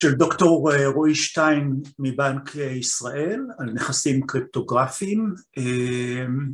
של דוקטור רועי שטיין מבנק ישראל על נכסים קריפטוגרפיים